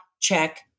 check